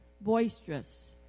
boisterous